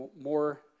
more